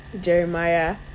Jeremiah